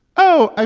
oh, ah